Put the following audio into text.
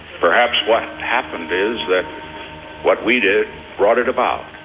perhaps what happened is that what we did brought it about,